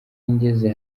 ngeze